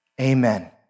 Amen